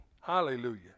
Hallelujah